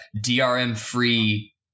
DRM-free